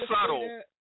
subtle